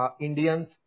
Indians